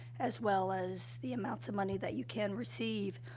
as well as the amounts of money that you can receive,